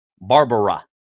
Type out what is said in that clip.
Barbara